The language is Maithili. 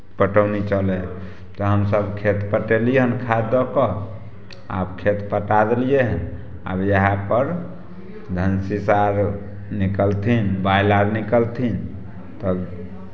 पटौनी चलै हइ तऽ हमसभ खेत पटयली हन खाद दऽ कऽ आब खेत पटा देलियै आब इएह पर धनशीश आर निकलथिन बालि अर निकलथिन तब